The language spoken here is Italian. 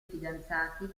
fidanzati